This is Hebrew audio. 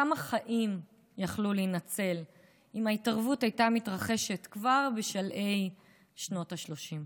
כמה חיים יכלו להינצל אם ההתערבות הייתה מתרחשת כבר בשלהי שנות השלושים.